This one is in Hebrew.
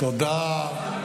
תודה רבה.